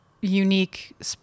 unique